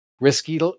Risky